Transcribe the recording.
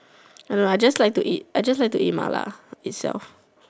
no lah I just like to eat I just like to eat mala itself